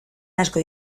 asko